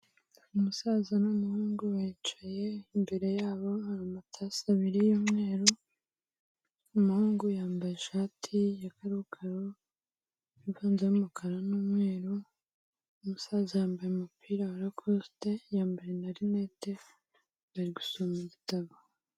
Umusaza n'umuhungu bicaye imbere yabo hari amatasi abiri y'umweru, umuhungu yambaye ishati ya karokaro ivanzemo umukara n'umweru, umusaza yambaye umupira wa rakosite, yambaye na rinete, bari gusoma igitabo.